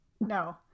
No